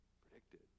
predicted